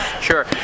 Sure